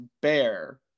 bear